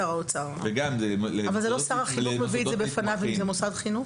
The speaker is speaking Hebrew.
זה לא ששר החינוך מביא את זה בפניו אם מדובר במוסד חינוך?